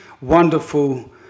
wonderful